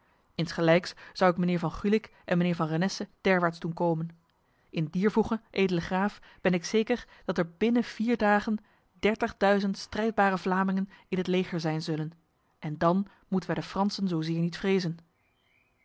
insgelijks zou ik mijnheer van gulik en mijnheer van renesse derwaarts doen komen in dier voege edele graaf ben ik zeker dat er binnen vier dagen dertigduizend strijdbare vlamingen in het leger zijn zullen en dan moeten wij de fransen zozeer niet vrezen